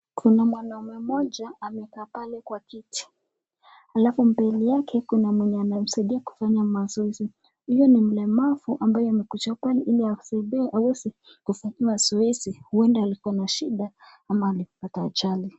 Kuna mwanaume mmoja amekaa pale kwa kiti. Alafu mbele yake kuna mwenye anamsaidia kufanya mazoezi . Huyo ni mlemavu amembaye amekuja hapa ili aweze kufanyiwa zoezi, huenda alikuwa na shida ama amepata ajali.